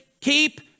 keep